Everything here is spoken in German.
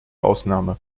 ausnahme